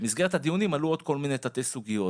במסגרת הדיונים עלו עוד כל מיני תתי סוגיות,